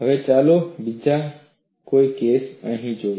હવે ચાલો બીજો કેસ જોઈએ